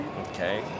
Okay